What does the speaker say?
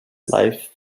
life